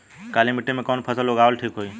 काली मिट्टी में कवन फसल उगावल ठीक होई?